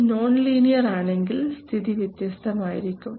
ഇത് non linear ആണെങ്കിൽ സ്ഥിതി വ്യത്യസ്തമായിരിക്കും